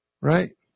Right